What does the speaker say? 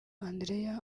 andrea